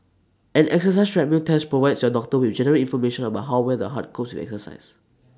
an exercise treadmill test provides your doctor with general information about how well the heart copes with exercise